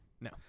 no